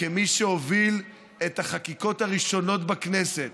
כמי שהוביל את החקיקות הראשונות בכנסת,